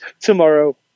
tomorrow